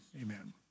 Amen